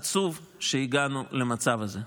עצוב שהגענו למצב הזה.